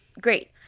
great